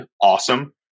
awesome